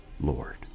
Lord